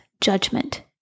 judgment